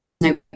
no